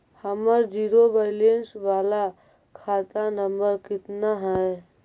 हमर zero balance बाला खाता नम्बर कितना है?